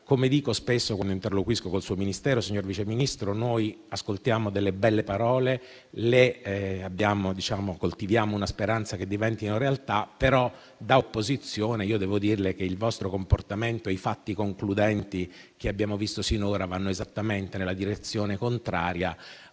Come dico spesso quando interloquisco col suo Ministero, signor Vice Ministro, noi ascoltiamo delle belle parole, coltiviamo una speranza che diventino realtà, però da opposizione devo dirle che il vostro comportamento e i fatti concludenti che abbiamo visto sinora vanno esattamente nella direzione contraria